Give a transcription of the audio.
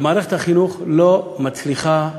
שמערכת החינוך לא מצליחה,